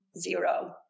zero